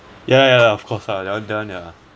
ya ya of course lah that one that one ya